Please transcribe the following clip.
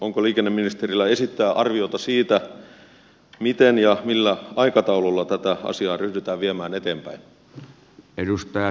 onko liikenneministerillä esittää arviota siitä miten ja millä aikataululla tätä asiaa ryhdytään viemään eteenpäin